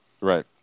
Right